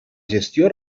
gestió